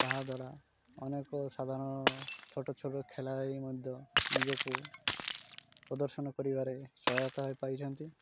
ତାହାଦ୍ୱାରା ଅନେକ ସାଧାରଣ ଛୋଟ ଛୋଟ ଖେଳାଳି ମଧ୍ୟ ନିଜକୁ ପ୍ରଦର୍ଶନ କରିବାରେ ସହାୟତା ପାଇଛନ୍ତି